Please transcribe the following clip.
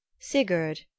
Sigurd